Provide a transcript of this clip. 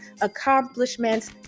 accomplishments